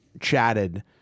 chatted